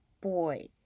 boy